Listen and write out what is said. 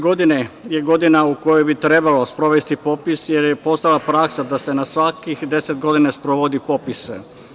Godina 2021. je godina u kojoj bi trebalo sprovesti popis, jer je postala praksa da se na svakih 10 godina sprovodi popis.